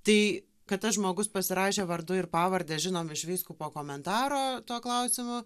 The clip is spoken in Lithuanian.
tai kad tas žmogus pasirašė vardu ir pavarde žinom iš vyskupo komentaro to klausimo